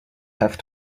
have